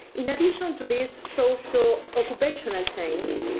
in addition to this social occupational change,